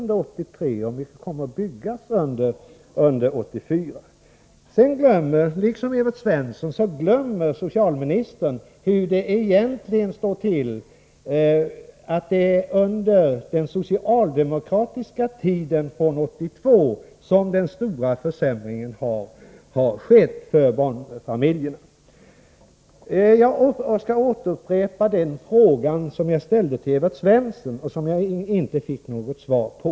Det är också bra. Liksom Evert Svensson glömmer socialministern att det är under den socialdemokratiska tiden från 1982 som den stora försämringen för barnfamiljerna har skett. Jag skall upprepa den fråga som jag ställde till Evert Svensson och som jag inte fick något svar på.